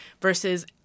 versus